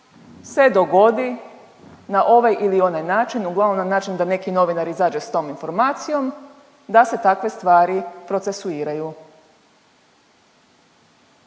se dogodi na ovaj ili onaj način, uglavnom na način da neki novinar izađe s tom informacijom da se takve stvari procesuiraju.